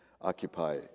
occupy